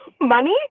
money